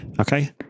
Okay